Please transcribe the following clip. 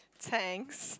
thanks